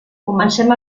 comencem